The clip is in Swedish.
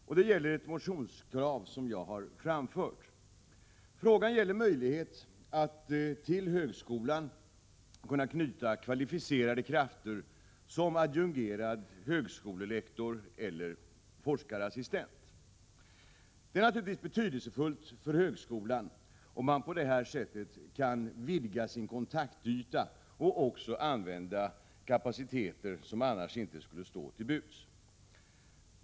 Den bygger på ett motionskrav som jag har framfört och som gäller möjlighet att till högskolan knyta kvalificerade krafter som adjungerade högskolelektorer eller forskarassistenter. Det är naturligtvis betydelsefullt för högskolan om man på detta sätt kan vidga sin kontaktyta och använda kapaciteter som annars inte skulle stå till buds.